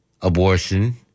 abortion